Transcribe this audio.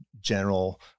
general